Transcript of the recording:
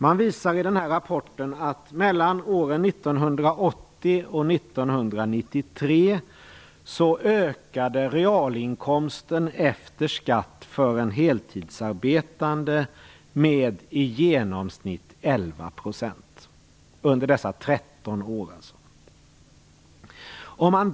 Man visar i den här rapporten att realinkomsterna efter skatt ökade mellan åren 1980 och 1993 för en heltidsarbetande med i genomsnitt 11 %. Det omfattar alltså 13 år.